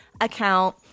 account